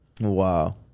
Wow